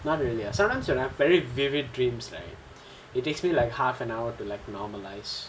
not really ah sometimes you know I have very vivid dreams it takes me like half an hour to normalise